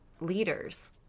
leaders